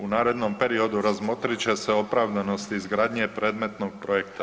U narednom periodu razmotrit će se opravdanost izgradnje predmetnog projekta.